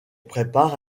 prépare